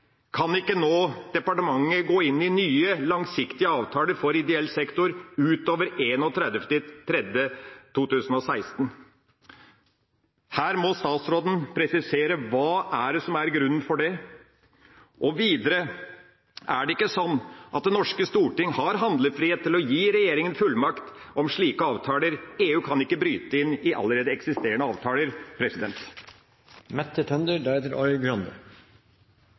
kan gå inn i nye langsiktige avtaler for ideell sektor utover 31. mars 2016. Her må statsråden presisere hva som er grunnen til det. Og videre: Er det ikke sånn at det norske storting har handlefrihet til å gi regjeringa fullmakt ved slike avtaler? EU kan ikke bryte inn i allerede eksisterende avtaler.